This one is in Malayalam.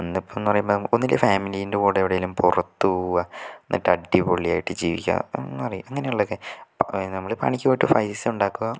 അന്ന് ഇപ്പം എന്ന് പറയുമ്പം ഒന്നല്ലെങ്കിൽ ഫാമിലിയുടെ കൂടെ എവിടെയെങ്കിലും പുറത്തു പോകുക എന്നിട്ട് അടിപൊളിയായിട്ട് ജീവിക്കുക അങ്ങനെയുള്ളതൊക്കെ നമ്മൾ പണിക്കു പോയിട്ട് പൈസ ഉണ്ടാക്കുക